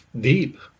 deep